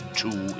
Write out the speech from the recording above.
two